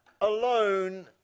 alone